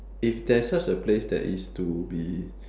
if there's such a place that is to be